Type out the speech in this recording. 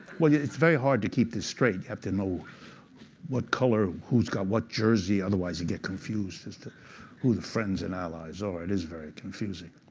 well, yeah it's very hard to keep this straight. you have to know what color, who's got what jersey. otherwise, you get confused as to who the friends and allies are. it is very confusing.